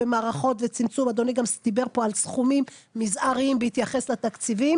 אדוני גם דיבר פה על סכומים מזעריים בהתייחס לתקציבים.